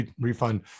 refund